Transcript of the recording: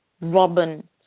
Robin